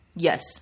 Yes